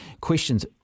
questions